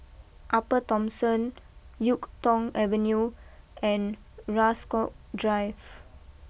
Upper Thomson Yuk Tong Avenue and Rasok Drive